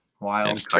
wild